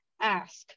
ask